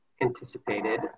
anticipated